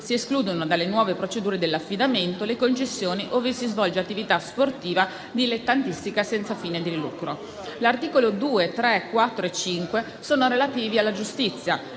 Si escludono dalle nuove procedure dell'affidamento le concessioni ove si svolge attività sportiva dilettantistica senza fine di lucro. Gli articoli 2, 3, 4 e 5 sono relativi alla giustizia.